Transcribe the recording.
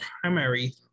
primary